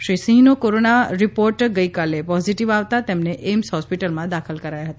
શ્રી સિંહનો corona report ગઇકાલે positive આવતા તેમને એમ્સ હોસ્પીટલમાં દાખલ કરાયા હતા